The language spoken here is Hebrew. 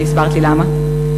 שהסברת לי למה.